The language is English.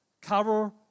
cover